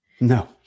No